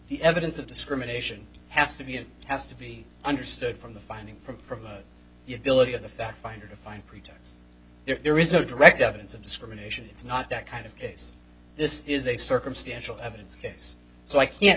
the evidence of discrimination has to be and has to be understood from the findings from from the ability of the fact finder to find pretext there is no direct evidence of discrimination it's not that kind of case this is a circumstantial evidence case so i can't